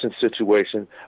situation